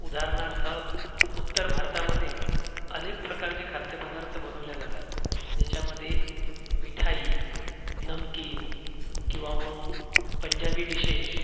उदाहरणार्थ उत्तर भारतामध्ये अनेक प्रकारचे खाद्यपदार्थ बनवले जातात ज्याच्यामध्ये मिठाई नमकीन किंवा मग पंजाबी डिशेस